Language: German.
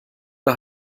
wir